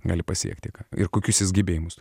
gali pasiekti ką ir kokius jis gebėjimus